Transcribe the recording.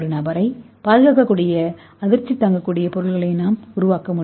நபரைப் பாதுகாக்கக்கூடிய ஒரு அதிர்ச்சி பார்வையாளரை நாம் உருவாக்க முடியும்